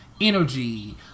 energy